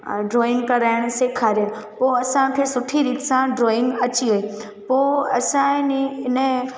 drawing कराइणु सेखारे पोइ असांखे सुठी रीति सां ड्रॉइंग अची वई पोइ असांजे नी इन